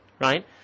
right